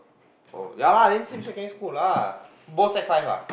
oh ya lah then same secondary school lah both sec five ah